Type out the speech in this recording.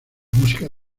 música